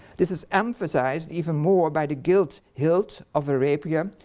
this is emphasised even more by the gilt hilt of a rapier,